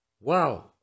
Wow